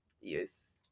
Yes